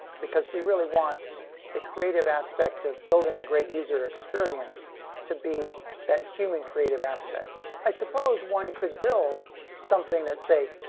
because we really want a creative aspect of building a great user experience to be that human creative aspect. i suppose one could build something that say,